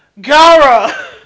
Gara